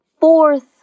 fourth